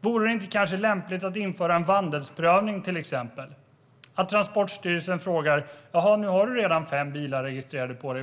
Vore det inte lämpligt att införa till exempel vandelsprövning, att Transportstyrelsen frågar varför man behöver en sjätte bil om man redan är registrerad ägare